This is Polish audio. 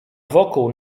wokół